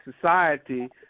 society